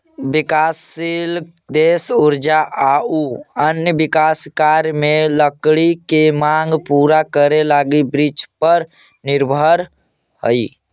विकासशील देश ऊर्जा आउ अन्य विकास कार्य में लकड़ी के माँग पूरा करे लगी वृक्षपर निर्भर हइ